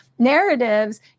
narratives